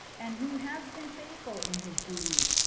and who has been faithful in his duties,